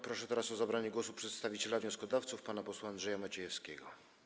Proszę o zabranie głosu przedstawiciela wnioskodawców pana posła Andrzeja Maciejewskiego.